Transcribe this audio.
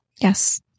Yes